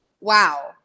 wow